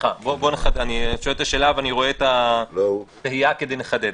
לא משנה איפה נשיא המדינה נמצא,